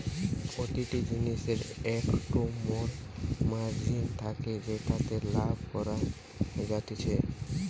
প্রতিটা জিনিসের একটো মোর মার্জিন থাকে যেটাতে লাভ করা যাতিছে